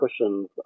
cushions